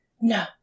no